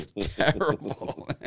Terrible